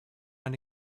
find